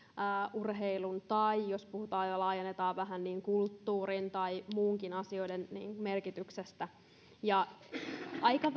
urheilun tai jos laajennetaan vähän kulttuurin tai muidenkin asioiden merkityksestä aika